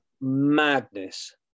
madness